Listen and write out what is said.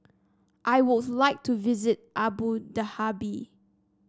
I would like to visit Abu Dhabi